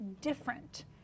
different